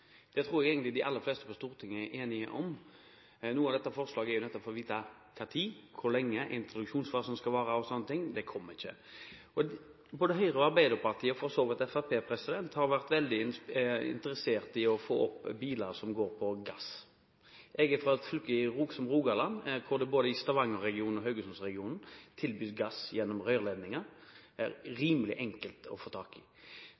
Det tror jeg egentlig de aller fleste på Stortinget er enige om. Noe av dette forslaget går nettopp på å få vite når, hvor lenge introduksjonsfasen skal vare og slike ting – det kommer ikke. Både Høyre og Arbeiderpartiet – og for så vidt Fremskrittspartiet – har vært veldig interessert i å få opp andelen biler som går på gass. Jeg er fra Rogaland, hvor det både i Stavangerregionen og Haugesundregionen tilbys gass gjennom rørledninger – rimelig enkelt å få tak i.